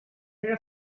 era